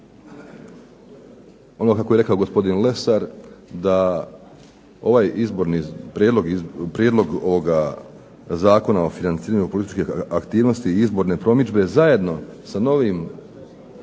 ono kako je rekao gospodin Lesar, da ovaj izborni, prijedlog ovoga Zakona o financiranju političkih aktivnosti i izborne promidžbe zajedno sa novim